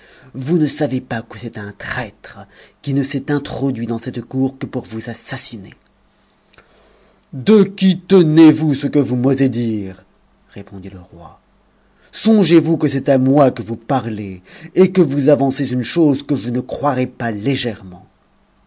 vous ne savez pas que c'est un traître qui ne s'est introduit dans cette cour que pour vous assassiner de qui tenez-vous ce que vous m'osez dire répondit le roi songez-vous que c'est à moi que vous parlez et que vous avancez une chose que je ne croirai pas légèrement